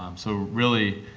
um so, really,